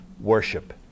worship